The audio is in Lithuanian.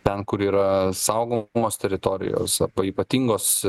ten kur yra saugomos teritorijos ypatingos